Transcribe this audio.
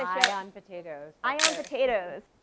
i own potatoes. i own potatoes,